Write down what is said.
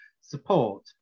support